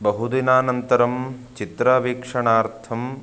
बहुदिनानन्तरं चित्रवीक्षणार्थं